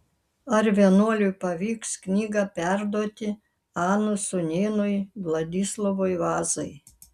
ar vienuoliui pavyks knygą perduoti anos sūnėnui vladislovui vazai